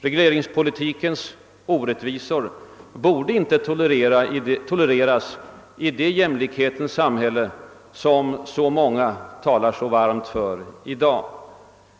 Regleringspolitikens orättvisor borde inte toölereras i det jämlikhetens samhälle som så många talar så varmt för i dag.